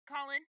Colin